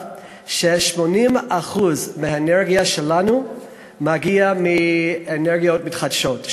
ש-80% מהאנרגיה שלנו מגיעים מאנרגיות מתחדשות,